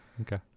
Okay